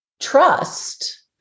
trust